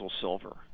silver